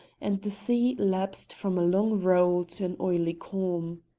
and the sea lapsed from a long roll to an oily calm.